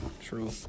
True